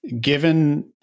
given